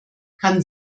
kann